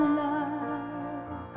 love